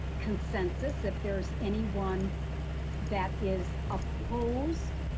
consensus if there's anyone that is opposed.